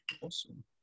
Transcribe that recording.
Awesome